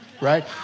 right